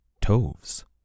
Toves